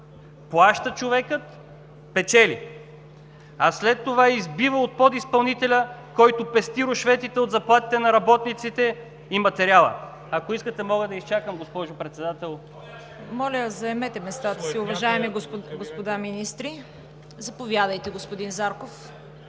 плаща човекът, печели, а след това избива от подизпълнителя, който пести рушветите от заплатите на работниците и материала. Ако искате, мога да изчакам, госпожо Председател. ПРЕДСЕДАТЕЛ ЦВЕТА КАРАЯНЧЕВА: Моля, заемете местата си, уважаеми господа министри. Заповядайте, господин Зарков.